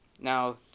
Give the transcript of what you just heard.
Now